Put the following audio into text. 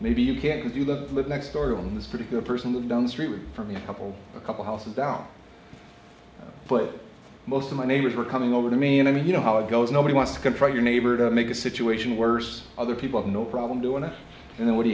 maybe you can do the live next story on this particular person down the street from a couple a couple houses down but most of my neighbors were coming over to me and i mean you know how it goes nobody wants to confront your neighbor to make a situation worse other people have no problem doing this and then what do